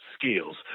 Skills